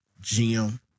Jim